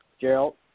Gerald